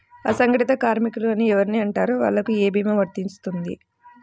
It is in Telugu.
అసంగటిత కార్మికులు అని ఎవరిని అంటారు? వాళ్లకు ఏ భీమా వర్తించుతుంది?